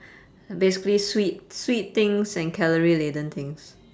basically sweet sweet things and calorie laden things